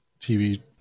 TV